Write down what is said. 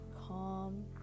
calm